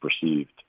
perceived